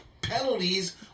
penalties